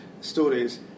stories